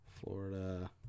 florida